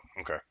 okay